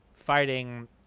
fighting